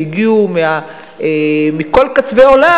שהגיעו מכל קצווי עולם.